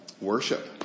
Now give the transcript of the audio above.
worship